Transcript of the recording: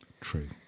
true